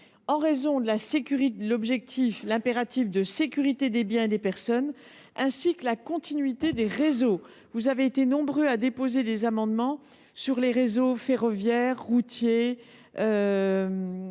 par un impératif de sécurité des biens et des personnes ou de continuité des réseaux. Vous avez été nombreux à déposer des amendements sur les réseaux ferroviaires, routiers